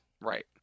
Right